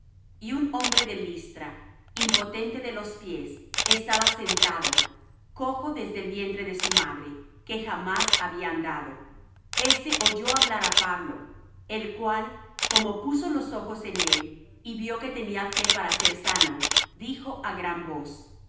y un hombre de listra impotente de los pies estaba sentado cojo desde el vientre de su madre que jamás había andado este oyó hablar á pablo el cual como puso los ojos en él y vió que tenía fe para ser sano dijo á gran voz